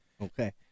Okay